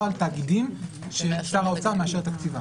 על תאגידים ששר האוצר מאשר את תקציבם.